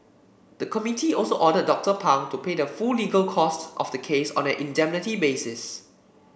the committee also ordered Doctor Pang to pay the full legal costs of the case on an indemnity basis